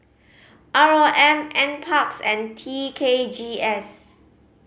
R O M Nparks and T K G S